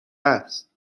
است